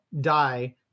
die